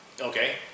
Okay